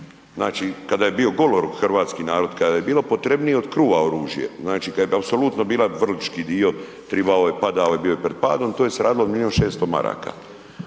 znači kada je bio goloruk hrvatski narod, kada je bilo potrebnije od kruva oružje, znači kad je apsolutno bila Vrlički dio, tribao je, padao je, bio je prid padom, tu je se radilo o milijun i 600 maraka